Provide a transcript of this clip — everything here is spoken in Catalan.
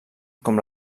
com